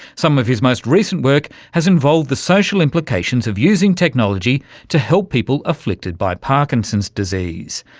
some of his most recent work has involved the social implications of using technology to help people afflicted by parkinson's disease,